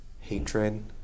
hatred